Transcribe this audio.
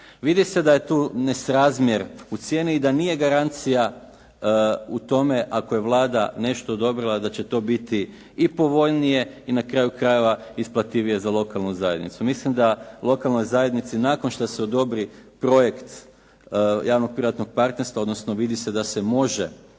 Vidi se da je tu nesrazmjer u cijeni i da nije garancija u tome ako je Vlada nešto dobila da će to biti i povoljnije i na kraju krajeva isplativije za lokalnu zajednicu. Mislim da lokalnoj zajednici, nakon što se odobri projekt javno-privatnog partnerstva odnosno vidi se da se može